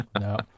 no